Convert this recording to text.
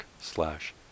slash